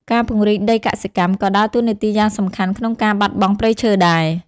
ការពង្រីក ដីកសិកម្ម ក៏ដើរតួនាទីយ៉ាងសំខាន់ក្នុងការបាត់បង់ព្រៃឈើដែរ។